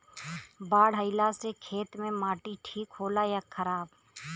बाढ़ अईला से खेत के माटी ठीक होला या खराब?